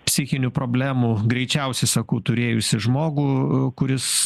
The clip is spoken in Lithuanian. psichinių problemų greičiausiai sakau turėjusį žmogų kuris